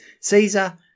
Caesar